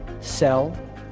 sell